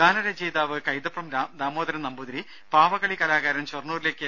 ഗാനരചയിതാവ് കൈതപ്രം ദാമോദരൻ നമ്പൂതിരി പാവകളി കലാകാരൻ ഷൊർണൂരിലെ കെ